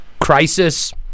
crisis